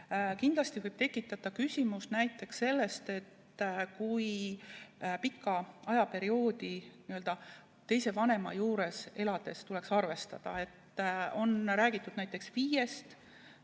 Kindlasti võib tekitada küsimusi ka näiteks see, kui pikka ajaperioodi teise vanema juures elades tuleks arvestada. On räägitud näiteks viiest